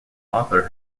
author